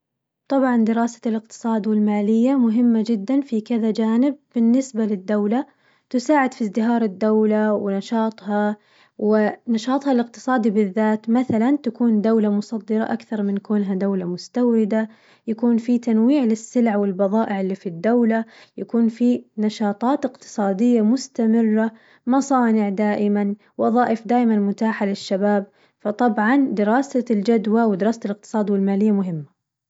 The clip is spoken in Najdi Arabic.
طبعاً دراسة الاقتصاد والمالية مهمة جداً في كذا جانب، بالنسبة للدولة تساعد في ازدهار الدولة ونشاطها ونشاطها الاقتصادي بالذات مثلاً تكون دولة مصدرة أكثر من كونها دولة مستوردة، يكون في تنويع للسلع والبضائع اللي في الدولة، يكون في نشاطات اقتصادية مستمرة مصانع دائماً وظائف دايماً متاحة للشباب، فطبعاً دراسة الجدوى ودراسة الاقتصاد والمالية مهمة.